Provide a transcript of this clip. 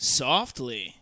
softly